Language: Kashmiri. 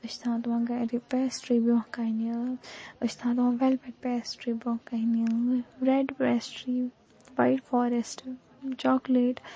أسۍ چھِ تھاوان گَرِ تِمن پیسٹری برٛونٛہہ کَنہِ أسۍ چھِ تھاوان تِمن ویٚلویٚٹ پیسٹری برٛونٛہہ کَنہِ red pastry white forest chocolate